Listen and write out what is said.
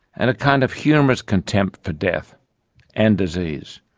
and a kind of humorous contempt for death and disease,